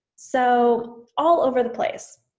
so all over the place.